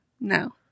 No